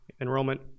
enrollment